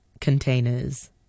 containers